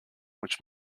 which